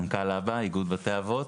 מנכ"ל א.ב.א איגוד בתי האבות,